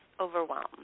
overwhelmed